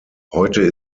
heute